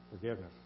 forgiveness